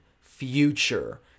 future